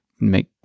make